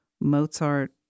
Mozart